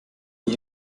geh